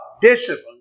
discipline